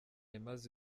imaze